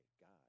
God